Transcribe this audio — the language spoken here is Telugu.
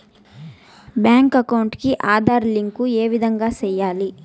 బ్యాంకు అకౌంట్ కి ఆధార్ లింకు ఏ విధంగా సెయ్యాలి?